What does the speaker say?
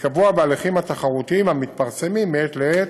כקבוע בהליכים התחרותיים המתפרסמים מעת לעת,